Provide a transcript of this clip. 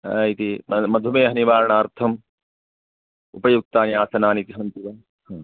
इति मधुमेह निवारणार्थम् उपयुक्ता आसनानि सन्ति वा